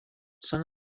són